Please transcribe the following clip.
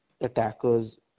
attackers